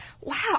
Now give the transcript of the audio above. Wow